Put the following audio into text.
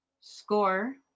Score